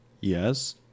Yes